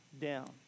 down